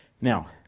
Now